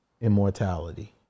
immortality